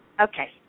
Okay